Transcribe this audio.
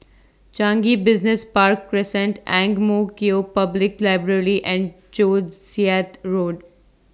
Changi Business Park Crescent Ang Mo Kio Public Library and Joo Chiat Road